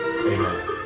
Amen